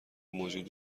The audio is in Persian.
موجود